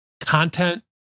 content